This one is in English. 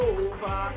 over